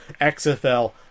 XFL